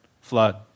flood